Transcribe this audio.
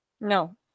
No